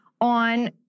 on